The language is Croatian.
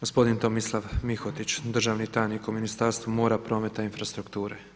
Gospodin Tomislav Mihotić, državni tajnik u Ministarstvu mora, prometa i infrastrukture.